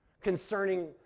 concerning